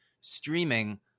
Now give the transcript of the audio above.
streaming